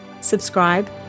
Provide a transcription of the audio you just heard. subscribe